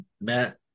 Matt